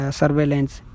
surveillance